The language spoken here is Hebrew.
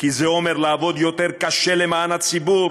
כי זה אומר לעבוד יותר קשה למען הציבור